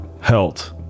health